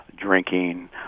drinking